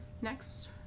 Next